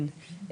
כן.